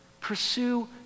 Pursue